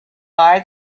buy